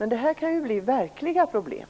Detta kan innebära verkliga problem.